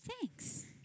thanks